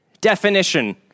definition